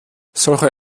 solche